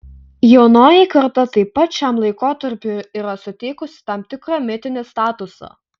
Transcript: jaunoji karta taip pat šiam laikotarpiui yra suteikusi tam tikrą mitinį statusą